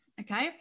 okay